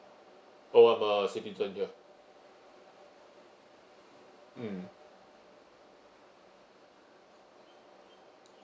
oh I'm a citizen here mm